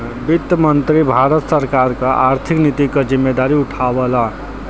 वित्त मंत्री भारत सरकार क आर्थिक नीति क जिम्मेदारी उठावला